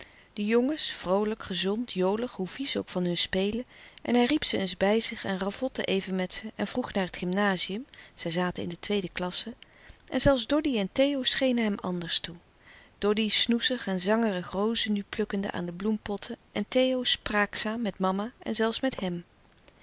de jongens vroolijk gezond jolig hoe vies ook van hun spelen en hij riep ze eens bij zich en ravotte even met ze en vroeg naar het gymnazium zij zaten in de tweede klasse en zelfs doddy en theo schenen hem anders toe doddy snoezig en zangerig rozen nu plukkende aan de bloempotten en theo spraakzaam met mama en zelfs met hèm